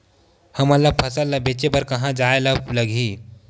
हमन ला फसल ला बेचे बर कहां जाये ला लगही?